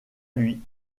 lui